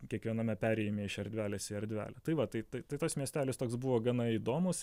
kiekviename perėjime iš erdvelės į erdvelę tai va tai tai tai tas miestelis toks buvo gana įdomus